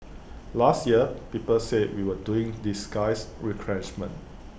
last year people said we were doing disguised retrenchment